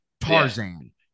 Tarzan